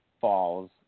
falls